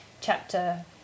Chapter